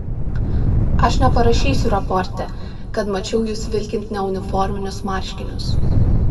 aš neparašysiu raporte kad mačiau jus vilkint neuniforminius marškinius